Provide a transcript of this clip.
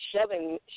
shoving